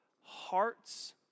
heart's